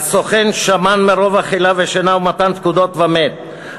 והסוכן שמן מרוב אכילה ושינה ומתן פקודות ומת.